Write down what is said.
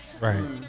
Right